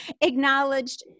acknowledged